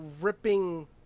ripping